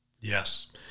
Yes